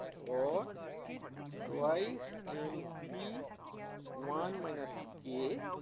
or twice mp one minus k